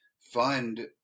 fund